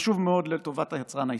חשוב מאוד לטובת היצרן הישראלי,